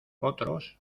otros